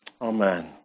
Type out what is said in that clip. Amen